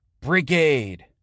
Brigade